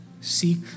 seek